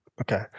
okay